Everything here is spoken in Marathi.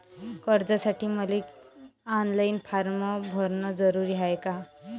कर्जासाठी मले ऑनलाईन फारम भरन जरुरीच हाय का?